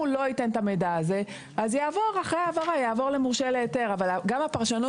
שעניינה העברת תוכניות